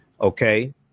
Okay